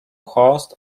hosts